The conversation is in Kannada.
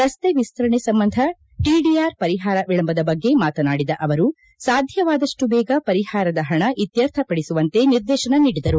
ರಸ್ತೆ ವಿಸ್ತರಣೆ ಸಂಬಂಧ ಟಿಡಿಆರ್ ಪರಿಹಾರ ವಿಳಂಬದ ಬಗ್ಗೆ ಮಾತನಾಡಿದ ಅವರು ಸಾಧ್ಯವಾದಪ್ಟು ಬೇಗ ಪರಿಹಾರದ ಹಣ ಇತ್ತರ್ಥ ಪಡಿಸುವಂತೆ ನಿರ್ದೇಶನ ನೀಡಿದರು